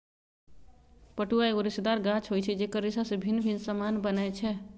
पटुआ एगो रेशेदार गाछ होइ छइ जेकर रेशा से भिन्न भिन्न समान बनै छै